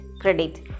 credit